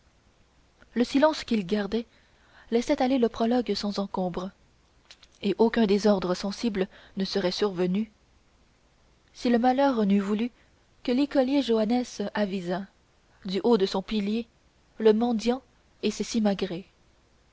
le silence qu'il gardait laissait aller le prologue sans encombre et aucun désordre sensible ne serait survenu si le malheur n'eût voulu que l'écolier joannes avisât du haut de son pilier le mendiant et ses